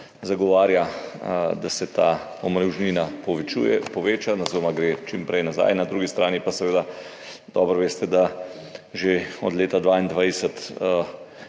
zagovarja, da se ta omrežnina poveča oziroma gre čim prej nazaj, na drugi strani pa seveda dobro veste, da je že od leta 2022